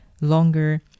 longer